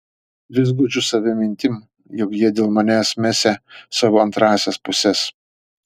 vis guodžiu save mintim jog jie dėl manęs mesią savo antrąsias puses